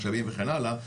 משאבים וכן הלאה,